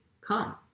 come